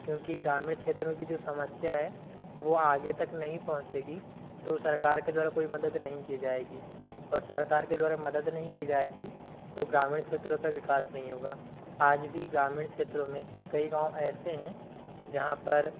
क्योंकि ग्रामीण क्षेत्रों की जो समस्या है वो आगे तक नहीं पहुंचेगी तो सरकार के द्वारा कोई मदद नहीं की जाएगी और सरकार के द्वारा मदद नहीं की जाएगी तो ग्रामीण क्षेत्रों का विकास नई होगा आज भी गामीण क्षेत्रों में कई गाँव ऐसे हैं जहाँ पर